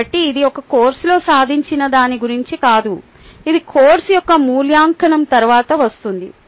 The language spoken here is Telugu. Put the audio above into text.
కాబట్టి ఇది ఒక కోర్సులో సాధించిన దాని గురించి కాదు ఇది కోర్సు యొక్క మూల్యాంకనం తర్వాత వస్తుంది